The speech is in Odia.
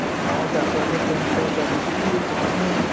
ଆଉ କ'ଣ ଚାଷବାସ କେମିତି କ'ଣ ଚାଲିଛି କ'ଣ